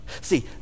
see